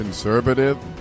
Conservative